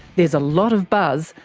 there's a lot of buzz,